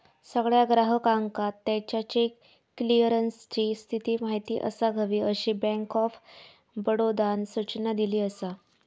सगळ्या ग्राहकांका त्याच्या चेक क्लीअरन्सची स्थिती माहिती असाक हवी, अशी बँक ऑफ बडोदानं सूचना दिली असा